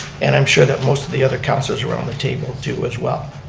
and i'm sure that most of the other councilors around the table do as well.